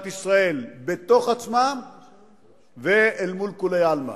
ישראל בתוך עצמה ואל מול כל כולי עלמא.